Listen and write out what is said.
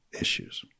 issues